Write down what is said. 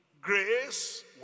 grace